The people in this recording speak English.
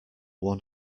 one